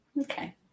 Okay